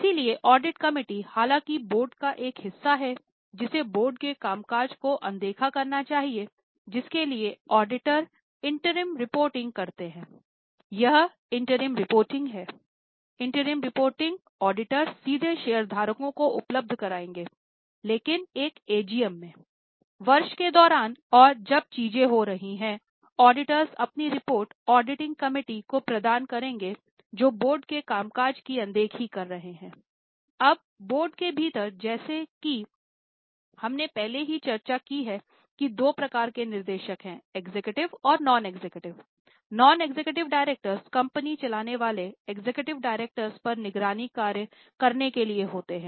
इसलिए audit committee director पर निगरानी कार्य करने के लिए होते हैं